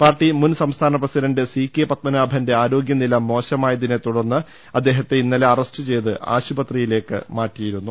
party മുൻ സംസ്ഥാന president C K പത്മനാഭന്റെ ആരോഗൃനില മോശമായതിനെ തുടർന്ന് അദ്ദേ ഹത്തെ ഇന്നലെ അറസ്റ്റ് ചെയ്ത് ആശുപത്രിയിലേക്ക് മാറ്റിയി രുന്നു